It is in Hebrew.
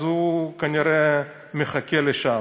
אז הוא כנראה מחכה לשווא.